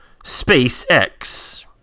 SpaceX